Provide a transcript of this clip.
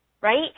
right